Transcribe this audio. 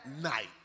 night